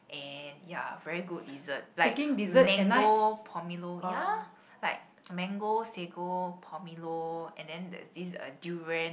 and ya very good dessert like mango pomelo ya like mango sago pomelo and then there's this uh durian